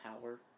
power